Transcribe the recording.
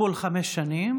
כפול חמש שנים.